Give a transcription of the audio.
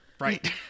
right